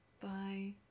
bye